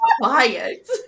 quiet